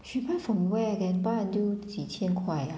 she buy from where can buy until 几千块 ah